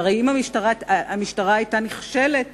שהרי אם המשטרה היתה נכשלת